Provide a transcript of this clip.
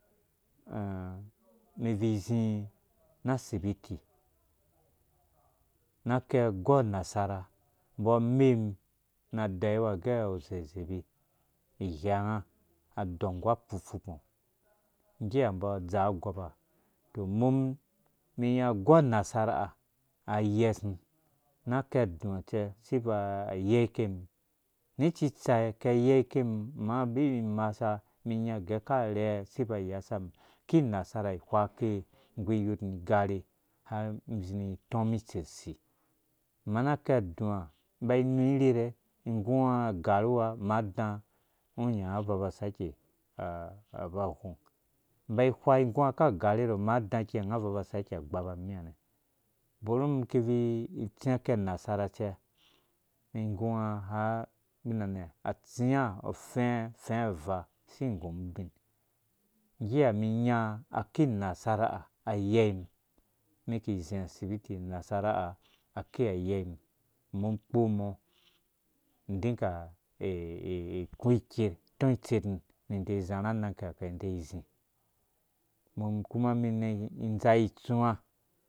umum ibvui izi na sibiti na ki agou anasar umbɔ ameim adeyiwa agɛ awu uzɛzebi ighɛnga adong nggu apfupfungo ngge her umbɔ adzaa agoupa tɔ umum mi inya agou anarsara ha ayesum nu aki adau cɛ si abvui ayeike umum ni itsitsai ke ayeike umum ma bi imi masha umum inya ugɛɛ ka ar hɛɛ si bvui ayeisam ki nasara ihwa ke ingu iyotum igare har izi ni itɔmum itserusi ama na ki adua inba inu irhɛrhe ingu unga agaruwa ma da ungo nya unga abvui sake aba aghomg inba ihura igu. unga ka garerɔ ma da kɛi unga abvui asake agbaba nimi ha nɛ bɔr umum ibvui itsi aki anasara cɛ umum igu unga har ubina nɛ atsi ã afɛɛ afɛɛg avaa nggu ha umum inya aki unasara ha ayeim mi ki izi asibiti nasara ha aki ha ayeim umum ikpɔ mɔ idinka uku iker itɔ itsetum ni ide izarha anang akiraki ide izi umum kuma umum idɛɛ indzaa itsuwa